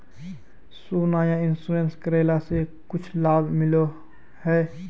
सोना यह इंश्योरेंस करेला से कुछ लाभ मिले है?